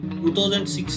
2006